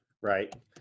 Right